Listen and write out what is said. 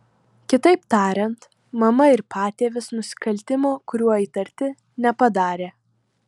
kitaip tariant mama ir patėvis nusikaltimo kuriuo įtarti nepadarė